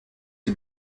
die